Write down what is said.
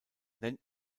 nennt